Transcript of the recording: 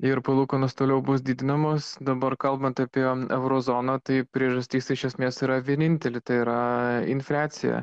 ir palūkanos toliau bus didinamos dabar kalbant apie euro zoną tai priežastys iš esmės yra vienintelė tai yra infliacija